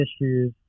issues